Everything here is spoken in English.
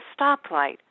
stoplight